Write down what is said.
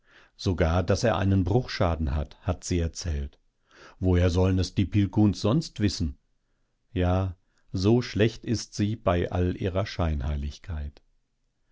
sogar daß er einen bruchschaden hat hat sie erzählt woher sollen es die pilkuhns sonst wissen ja so schlecht ist sie bei all ihrer scheinheiligkeit